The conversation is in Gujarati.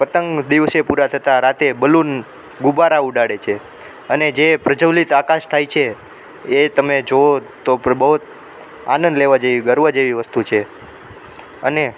પતંગ દિવસે પૂરા થતાં રાતે બલૂન ગુબ્બારા ઉડાડે છે અને જે પ્રજ્વલિત આકાશ થાય છે એ તમે જુઓ તો પણ બહુ જ આનંદ લેવા જેવી ગર્વ જેવી વસ્તુ છે અને